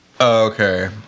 Okay